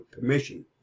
permission